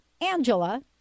Angela